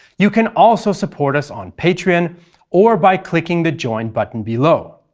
you can also support us on patreon or by clicking the join button below.